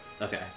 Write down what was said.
Okay